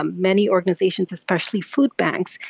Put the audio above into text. um many organizations, especially food banks,